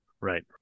Right